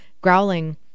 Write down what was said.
growling